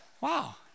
Wow